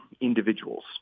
individuals